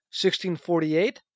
1648